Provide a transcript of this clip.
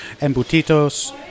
embutitos